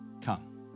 Come